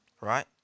right